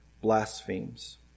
blasphemes